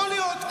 יכול להיות.